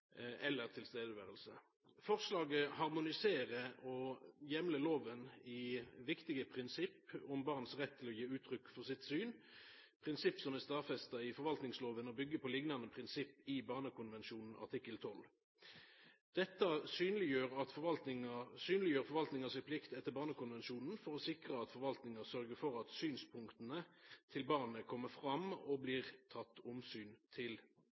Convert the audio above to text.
til stades. Forslaget harmoniserer og heimlar i lova viktige prinsipp om barn sin rett til å gi uttrykk for sitt syn – prinsipp som er stadfesta i forvaltningslova og byggjer på liknande prinsipp i Barnekonvensjonen artikkel 12. Dette synleggjer forvaltninga si plikt etter Barnekonvensjonen for å sikra at forvaltninga sørgjer for at synspunkta til barnet kjem fram og blir tekne omsyn til.